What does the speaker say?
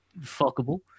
fuckable